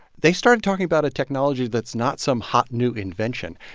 they started talking about a technology that's not some hot new invention.